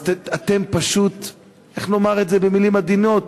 אז אתם פשוט, איך לומר את זה במילים עדינות,